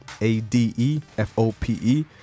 A-D-E-F-O-P-E